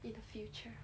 in the future